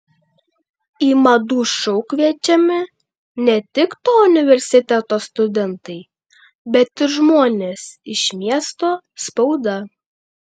į madų šou kviečiami ne tik to universiteto studentai bet ir žmonės iš miesto spauda